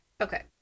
Okay